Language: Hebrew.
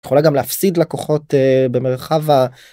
‫יכולה גם להפסיד לקוחות במרחב ה...